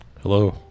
Hello